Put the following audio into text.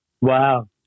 Wow